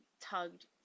tugged